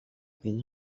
been